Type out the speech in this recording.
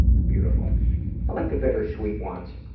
beautiful. i like the bittersweet ones.